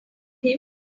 him